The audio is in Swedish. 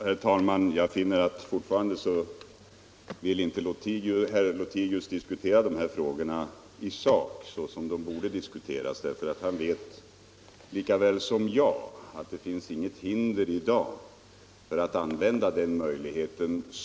Herr talman! Jag konstaterar än en gång att herr Lothigius inte vill diskutera de här frågorna i sak, såsom de borde diskuteras. Han vet lika väl som jag att det i dag inte finns något hinder för att utnyttja den möjligheten.